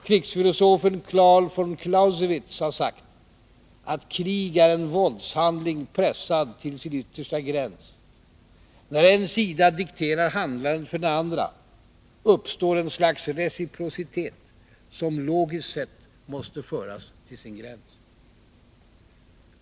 Krigsfilosofen Karl von Clausewitz har sagt att ”krig är en våldshandling pressad till sin yttersta gräns; när en sida dikterar handlandet för den andra uppstår en slags reciprocitet som logiskt sett måste föras till sin gräns”.